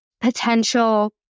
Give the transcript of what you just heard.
potential